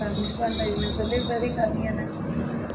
கம்மி பண்ணுறது நான் சொல்லிருக்கிறதே கம்மியாதான்ங்க சொல்லியிருக்கேன்